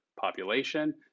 population